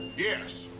yes.